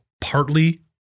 partly